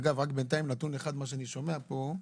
אגב, רק בנתיים נתון אחד מה שאני שומע פה,